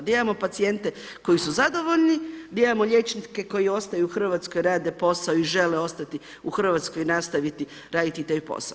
Da imamo pacijente koji su zadovoljni, da imamo liječnike koji ostaju u Hrvatskoj rade posao i žele ostati u Hrvatskoj i nastaviti raditi taj posao.